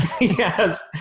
Yes